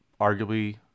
arguably